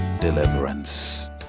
deliverance